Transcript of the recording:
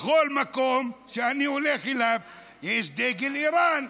ובכל מקום שאני הולך אליו יש דגל איראן.